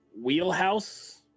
wheelhouse